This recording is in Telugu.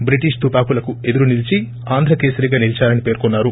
బ్రిటిష్ తుపాకులకు ఎదురు నిలిచి ఆంధ్రకేసరిగా నిలీదారని పేర్కొన్నారు